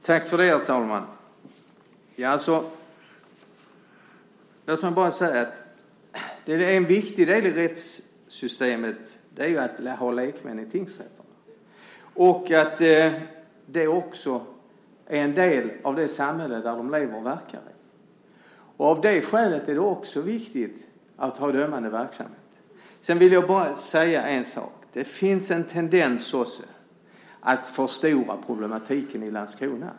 Herr talman! Låt mig säga att en viktig del i rättssystemet är att ha lekmän i tingsrätterna och att de också är en del av det samhälle där de lever och verkar. Av det skälet är det också viktigt att ha en dömande verksamhet. Det finns en tendens att förstora problematiken i Landskrona.